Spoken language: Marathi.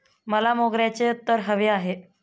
मला मोगऱ्याचे अत्तर हवे आहे